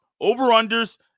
over-unders